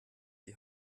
die